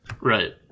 Right